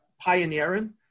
pioneering